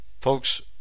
Folks